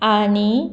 आनी